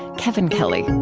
kevin kelly